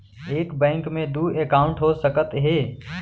एक बैंक में दू एकाउंट हो सकत हे?